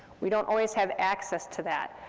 we don't always have access to that,